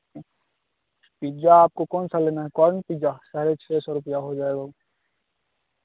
pizza आपको कौन सा लेना है कॉर्न पिज्जा साढ़े छः सौ रुपये हो जाएगा वह